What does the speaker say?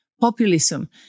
populism